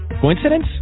Coincidence